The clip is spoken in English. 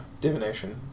divination